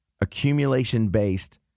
accumulation-based